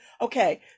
Okay